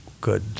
good